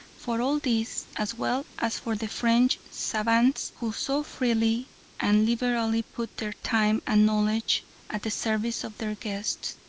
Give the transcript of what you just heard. for all these, as well as for the french savants who so freely and liberally put their time and knowledge at the service of their guests,